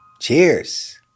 Cheers